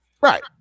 Right